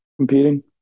competing